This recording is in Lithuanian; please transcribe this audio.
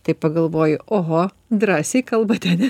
taip pagalvoji oho drąsiai kalbate ane